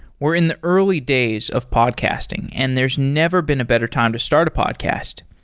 we're in the early days of podcasting, and there's never been a better time to start a podcast.